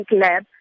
Lab